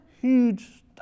huge